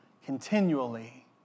continually